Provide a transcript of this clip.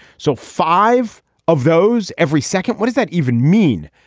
so five of those every second. what does that even mean?